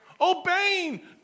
obeying